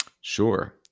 sure